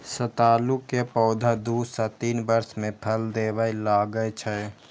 सतालू के पौधा दू सं तीन वर्ष मे फल देबय लागै छै